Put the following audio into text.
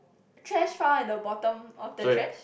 trash found at the bottom of the trash